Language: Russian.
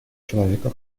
человека